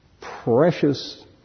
precious